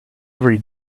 every